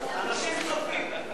אנשים, רוצים להירשם.